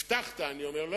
אני אומר: הבטחת.